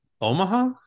Omaha